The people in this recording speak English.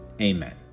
amen